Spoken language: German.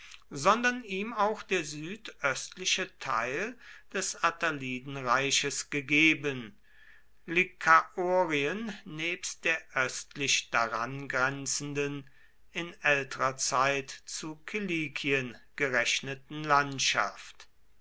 sondern ihm auch der südöstliche teil des attalidenreiches gegeben lykaorien nebst der östlich daran grenzenden in älterer zeit zu kilikien gerechneten landschaft